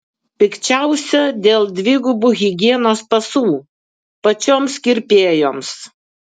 pikčiausia dėl dvigubų higienos pasų pačioms kirpėjoms